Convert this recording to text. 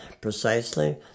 precisely